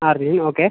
ആര് ഓക്കെ